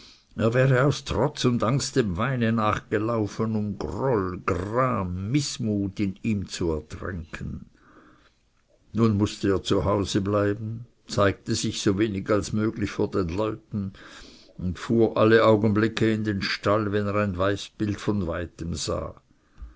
wäre aus trotz und angst dem wein nachgelaufen um groll gram mißmut in ihm zu ertränken nun mußte er zu hause bleiben zeigte sich so wenig als möglich vor den leuten und fuhr alle augenblicke in den stall wenn er ein weibsbild von weitem sah